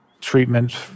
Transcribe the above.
treatment